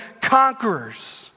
conquerors